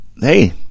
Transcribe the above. hey